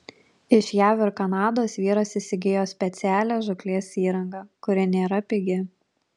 iš jav ir kanados vyras įsigijo specialią žūklės įrangą kuri nėra pigi